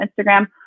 Instagram